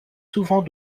souvent